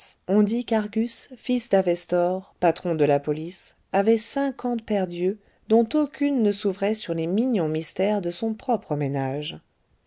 on dit qu'argus fils d'avestor patron de la police avait cinquante paire d'yeux dont aucune ne s'ouvrait sur les mignons mystères de son propre ménage